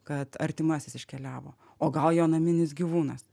kad artimasis iškeliavo o gal jo naminis gyvūnas